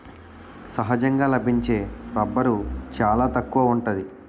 సహజంగా లభించే రబ్బరు చాలా తక్కువగా ఉంటాది